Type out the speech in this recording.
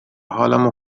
حالمو